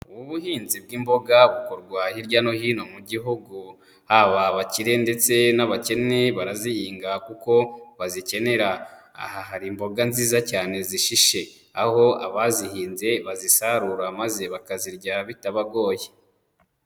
Ubuhinzi bw'imboga bukorwa hirya no hino mu gihugu haba abakire ndetse n'abakene barazihinga kuko bazikenera, aha hari imboga nziza cyane zishishe, aho abazihinze bazisarura maze bakazirya bitabagoye.